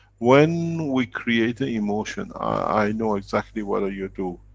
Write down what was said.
when we create a emotion, i know exactly what are you do.